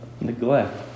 Neglect